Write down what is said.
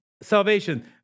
salvation